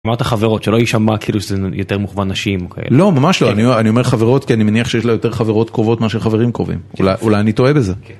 אמרת חברות שלא יישמע כאילו זה יותר מוכוון נשים כ-... לא, ממש לא. אני אומר-אני אומר חברות, כי אני מניח שיש לה יותר חברות קרובות מאשר חברים קרובים. אולי-אולי אני טועה בזה. -כן.